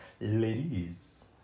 Ladies